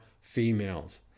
females